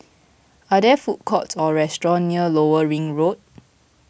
are there food courts or restaurants near Lower Ring Road